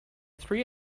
three